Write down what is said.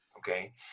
Okay